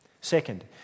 Second